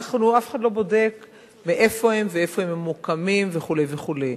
אף אחד לא בודק מאיפה הם ואיפה הם ממוקמים וכו' וכו'.